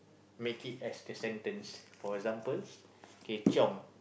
make it as the sentence for example kay chiong